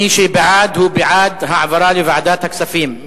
מי שבעד, הוא בעד העברה לוועדת הכספים.